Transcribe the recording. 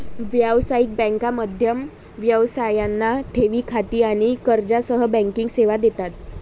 व्यावसायिक बँका मध्यम व्यवसायांना ठेवी खाती आणि कर्जासह बँकिंग सेवा देतात